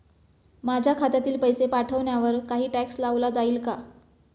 माझ्या खात्यातील पैसे पाठवण्यावर काही टॅक्स लावला जाईल का?